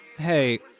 hey.